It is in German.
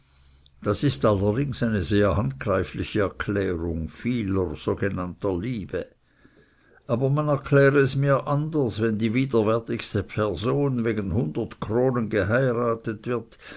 das ist allerdings eine sehr handgreifliche erklärung vieler sogenannter liebe aber man erkläre es mir anders wenn die widerwärtigste person wegen hundert kronen geheiratet wird